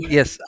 Yes